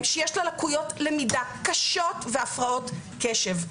שיש לה לקויות למידה קשות והפרעות קשב,